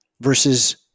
versus